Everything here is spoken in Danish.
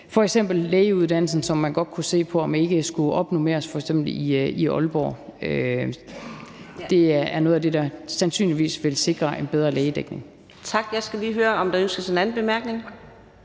f.eks. lægeuddannelsen, som man godt kunne se på om ikke skulle opnormeres i f.eks. Aalborg. Det er noget af det, der sandsynligvis vil sikre en bedre lægedækning.